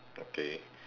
okay